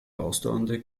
ausdauernde